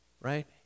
right